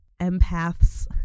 empaths